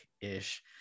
ish